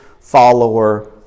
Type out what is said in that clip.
follower